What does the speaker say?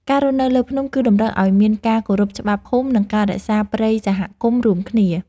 ការរស់នៅលើភ្នំ គឺតម្រូវឲ្យមានការគោរពច្បាប់ភូមិ និងការរក្សាព្រៃសហគមន៍រួមគ្នា។